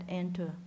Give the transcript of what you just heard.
enter